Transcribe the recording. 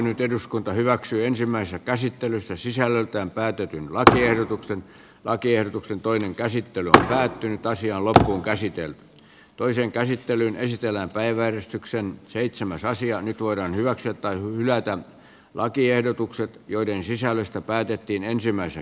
nyt eduskunta hyväksyi ensimmäisen käsittelyssä sisällöltään päätetyn lakiehdotuksen lakiehdotuksen toinen käsittely tai täyttyy taisi olla kun käsityön toiseen käsittelyyn esitellään päiväjärjestykseen seitsemäs aasiaan voidaan hyväksyä tai hylätä lakiehdotukset joiden sisällöstä päätettiin ensimmäistä